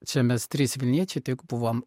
čia mes trys vilniečiai tik buvom